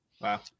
Wow